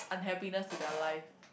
unhappiness to their life